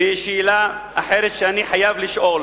בשאלה אחרת שאני חייב לשאול: